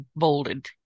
bolded